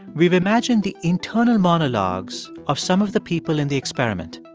we've imagined the internal monologues of some of the people in the experiment.